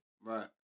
Right